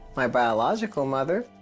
my biological mother.